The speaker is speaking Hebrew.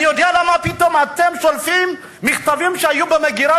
אני יודע למה פתאום אתם שולפים מכתבים שהיו במגירה,